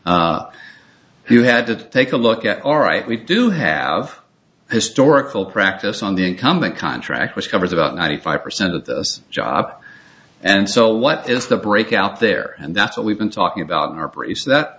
who had to take a look at all right we do have historical practice on the incumbent contract which covers about ninety five percent of this job and so what is the break out there and that's what we've been talking about in our priest that